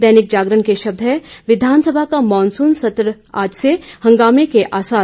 दैनिक जागरण के शब्द हैं विधानसभा का मानसून सत्र आज से हंगामे के आसार